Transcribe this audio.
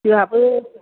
जोहाबो